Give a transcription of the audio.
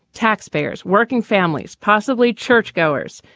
taxpayers, working families, possibly churchgoers,